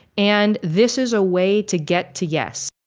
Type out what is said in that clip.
and this is a way to get to. yes